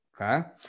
Okay